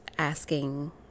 Asking